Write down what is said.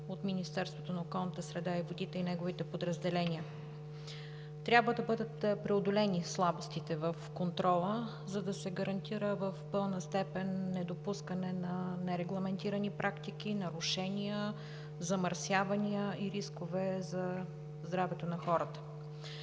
от Министерството на околната среда и водите и неговите подразделения. Трябва да бъдат преодолени слабостите в контрола, за да се гарантира в пълна степен недопускане на нерегламентирани практики, нарушения, замърсявания и рискове за здравето на хората.